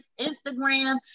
Instagram